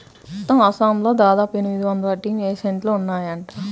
మొత్తం అస్సాంలో దాదాపు ఎనిమిది వందల టీ ఎస్టేట్లు ఉన్నాయట